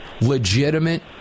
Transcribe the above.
legitimate